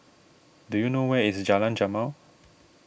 do you know where is Jalan Jamal